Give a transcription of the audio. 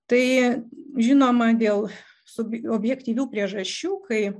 tai žinoma dėl sub objektyvių priežasčių kai